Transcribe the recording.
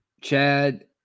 Chad